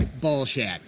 bullshit